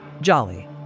jolly